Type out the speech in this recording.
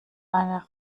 eine